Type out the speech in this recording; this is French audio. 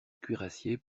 cuirassier